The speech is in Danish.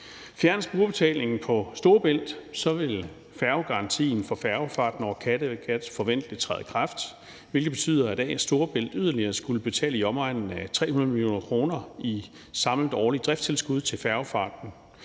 Fjernes brugerbetalingen på Storebælt, vil færgegarantien for færgefarten over Kattegat forventeligt træde i kraft, hvilket betyder, at A/S Storebælt yderligere skulle betale i omegnen af 300 mio. kr. i samlet årligt driftstilskud til færgefarten